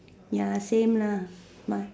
ya same lah must